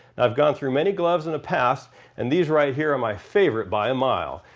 i've gone through many gloves in the past and these right here are my favorite by a mile.